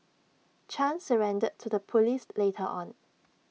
chan surrendered to the Police later on